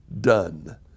done